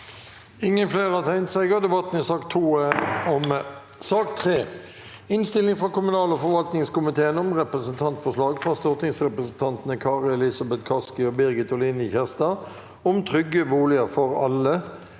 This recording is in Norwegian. Votering i sak nr. 3, debattert 27. februar 2024 Innstilling fra kommunal- og forvaltningskomiteen om Representantforslag fra stortingsrepresentantene Kari Elisabeth Kaski og Birgit Oline Kjerstad om trygge boliger for alle